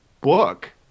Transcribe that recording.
book